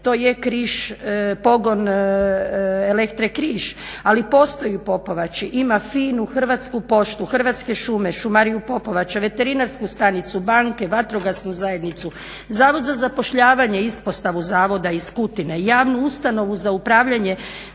To je Križ, pogon Elektre Križ, ali postoji u Popovači, ima FINA-u, Hrvatsku poštu, Hrvatske šume, Šumariju Popovača, veterinarsku stanicu, banke, vatrogasnu zajednicu, Zavod za zapošljavanja ispostavu Zavoda iz Kutine, Javnu ustanovu za upravljanje